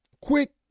quick